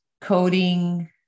coding